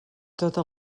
tota